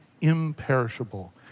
imperishable